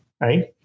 Right